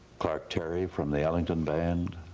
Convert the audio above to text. clark terry from the ellington band,